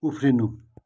उफ्रिनु